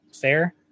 fair